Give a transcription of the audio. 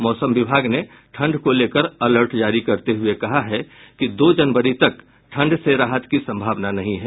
मौसम विभाग ने ठंड को लेकर अलर्ट जारी करते हुये कहा है कि दो जनवरी तक ठंड से राहत की संभावना नहीं है